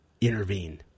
intervene